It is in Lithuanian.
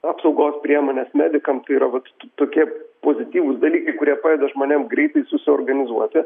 apsaugos priemonės medikam tai yra vat to tokie pozityvūs dalykai kurie padeda žmonėm greitai susiorganizuoti